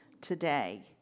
today